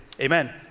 amen